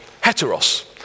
Heteros